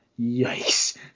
Yikes